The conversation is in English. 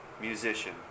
musician